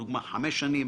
למשל חמש שנים,